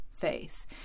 Faith